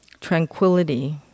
Tranquility